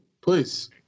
please